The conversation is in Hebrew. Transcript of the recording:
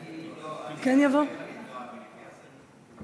לא, אני אחרי חנין זועבי.